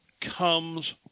comes